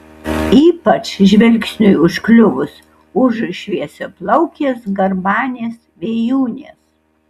ypač žvilgsniui užkliuvus už šviesiaplaukės garbanės vėjūnės